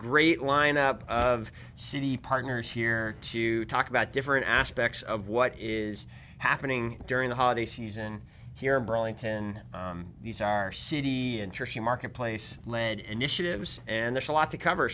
great lineup of city partners here to talk about different aspects of what is happening during the holiday season here burlington these are city interesting marketplace led initiatives and there's a lot to cover